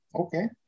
Okay